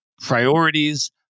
priorities